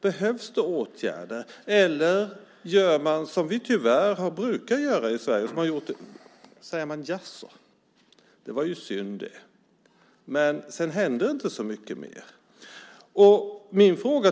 Behövs det åtgärder, eller gör man som vi tyvärr brukar göra i Sverige och säger: Jaså, det var ju synd? Men sedan händer det inte så mycket mer.